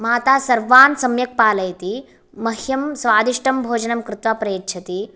माता सर्वान् सम्यक् पालयति मह्यं स्वादिष्टं भोजनं कृत्वा प्रयच्छति